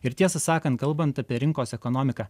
ir tiesą sakant kalbant apie rinkos ekonomiką